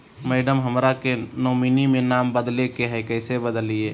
madam, हमरा के nominee में नाम बदले के हैं, कैसे बदलिए